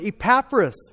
Epaphras